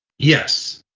yes,